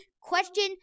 question